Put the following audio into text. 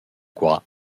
qua